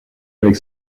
avec